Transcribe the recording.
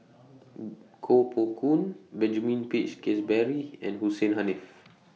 Koh Poh Koon Benjamin Peach Keasberry and Hussein Haniff